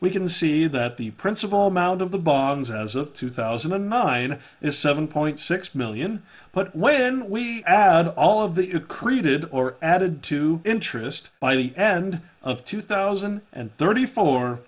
we can see that the principal amount of the bonds as of two thousand and nine is seven point six million but when we add all of the it created or added to interest by the end of two thousand and thirty four